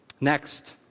Next